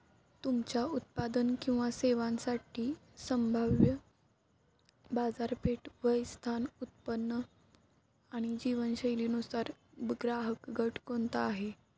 तुमच्या उत्पादन किंवा सेवांसाठी संभाव्य बाजारपेठ, वय, स्थान, उत्पन्न आणि जीवनशैलीनुसार ग्राहकगट कोणता आहे?